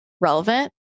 relevant